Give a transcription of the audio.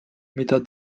mida